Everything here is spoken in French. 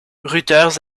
reuters